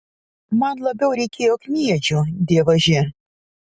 man labiausiai reikėjo kniedžių dievaži